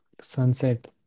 sunset